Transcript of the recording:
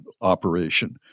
operation